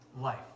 life